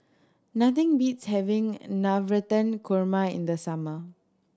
nothing beats having Navratan Korma in the summer